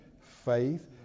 faith